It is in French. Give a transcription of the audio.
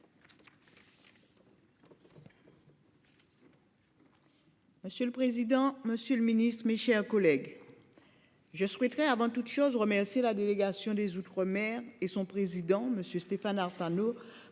Monsieur le président, Monsieur le Ministre, mes chers collègues. Je souhaiterais avant toute chose remercie la délégation des outre-mer et son président Monsieur Stéphane Artano